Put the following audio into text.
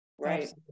Right